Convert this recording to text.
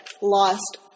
lost